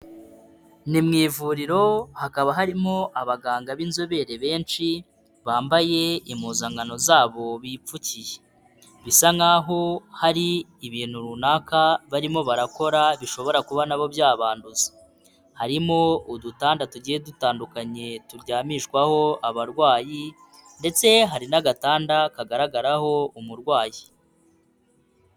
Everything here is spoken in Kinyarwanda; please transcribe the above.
Ni mu ivuriro hakaba harimo abaganga b'inzobere benshi, bambaye impuzankano zabo bipfukiye. Bisa nkaho hari ibintu runaka barimo barakora, bishobora kuba nabo byabanduza. Harimo udutanda tugiye dutandukanye turyamishwaho abarwayi ndetse hari n'agatanda kagaragaraho umurwayi.